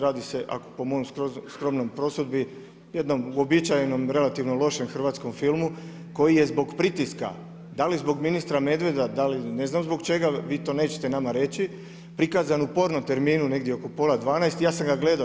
Radi se ako po mojoj skromnoj prosudbi jednom uobičajenom relativno lošem hrvatskom filmu koji je zbog pritiska, da li zbog ministra Medveda, da li ne znam zbog čega vi to nećete nama reći prikazan u porno terminu negdje oko pola 12 i ja sam ga gledao.